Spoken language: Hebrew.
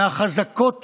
מהחזקות